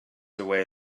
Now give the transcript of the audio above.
away